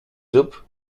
soup